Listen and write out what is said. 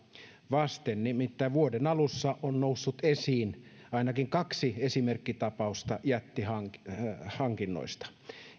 vastaan nimittäin vuoden alussa on noussut esiin ainakin kaksi esimerkkitapausta jättihankinnoista